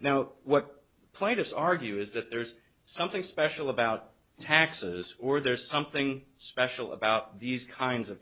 now what played us argue is that there's something special about taxes or there's something special about these kinds of